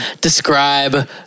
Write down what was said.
Describe